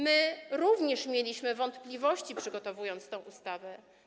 My również mieliśmy wątpliwości, przygotowując tę ustawę.